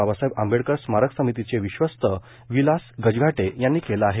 बाबासाहेब आंबेडकर स्मारक समितीचे विश्वस्त विलास गजघाटे यांनी केलं आहे